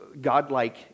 godlike